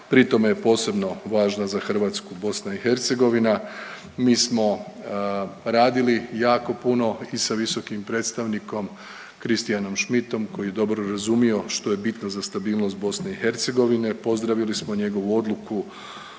Pri tome je posebno važna za Hrvatsku Bosna i Hercegovina. Mi smo radili jako puno i sa visokim predstavnikom Christianom Schmidtom koji je dobro razumio što je bitno za stabilnost BiH. Pozdravili smo njegovu odluku